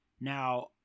Now